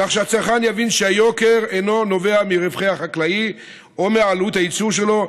כך שהצרכן יבין שהיוקר אינו נובע מרווחי החקלאי או מעלויות הייצור שלו,